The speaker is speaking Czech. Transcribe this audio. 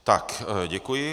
Tak, děkuji.